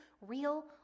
real